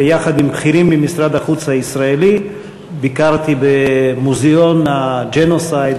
ויחד עם בכירים ממשרד החוץ הישראלי ביקרתי במוזיאון הג'נוסייד,